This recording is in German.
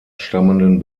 stammenden